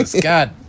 God